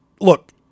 look